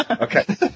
Okay